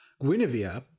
Guinevere